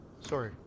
sorry